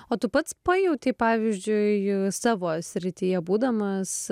o tu pats pajautei pavyzdžiui savo srityje būdamas